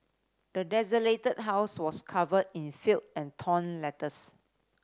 the desolated house was covered in filth and torn letters